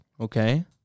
Okay